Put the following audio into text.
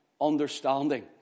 understanding